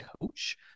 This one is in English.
coach